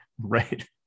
right